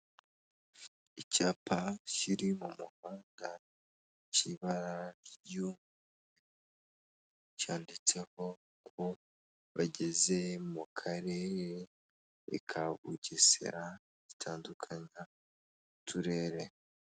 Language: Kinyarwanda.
Icyapa kiri mu muhanda cy'ibara ry'igihu, cyanditseho ko bageze mu karere ka Bugesera gitandukanya uturere.